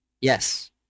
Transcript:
Yes